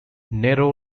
nero